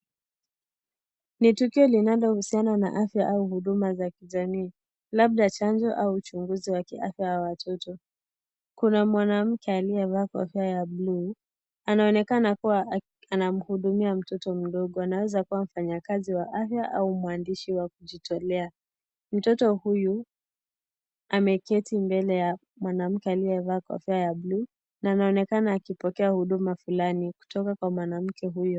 Ni tukio linalohusiana na afya au huduma za labda chanjo au huduma za kijamii labda chanjo au uchunguzi wa kiafya wa watoto. Kuna mwanamke aliyevaa kofia ya bluu ,ana onekana akiwa anamhudumia mtoto mdogo anaeza kuwa mfanyikazi wa afya au mwandishi wakujitolea mtoto huyu ameketi mbele ya mwanamke aliyevaa kofia ya bluu na akionekana kupata huduma fulani kutoka kwa mwanamke huyo